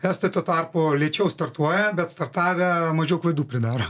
estai tuo tarpu lėčiau startuoja bet startavę mažiau klaidų pridaro